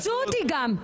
תחפשו אותי גם.